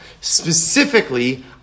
Specifically